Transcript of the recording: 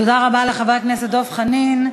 תודה רבה לחבר הכנסת דב חנין.